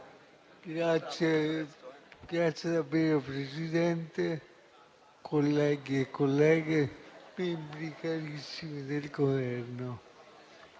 Signora Presidente, colleghi e colleghe, membri carissimi del Governo,